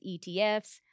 ETFs